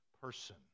person